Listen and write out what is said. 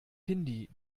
hindi